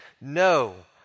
No